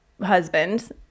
husband